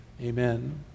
Amen